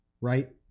right